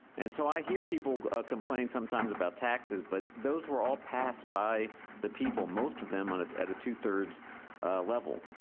and so, i hear people complain sometimes about taxes, but those were all passed by the people, most of them on at at a two-thirds level.